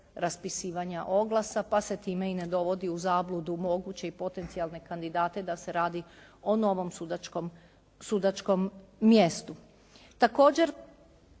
raspisivanja oglasa pa se time i ne dovodi u zabludu moguće i potencijalne kandidate da se radi o novom sudačkom mjestu.